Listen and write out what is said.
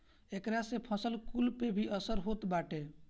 एकरा से फसल कुल पे भी असर होत बाटे